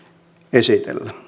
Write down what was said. esitellä